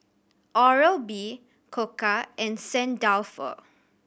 Oral B Koka and Saint Dalfour